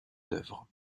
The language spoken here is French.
d’œuvre